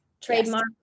trademark